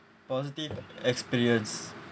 positive experience